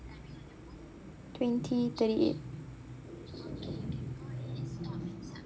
twenty thirty eight